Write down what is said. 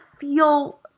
feel